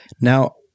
now